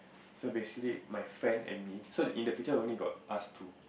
so basically my friend and me so in the picture only got us two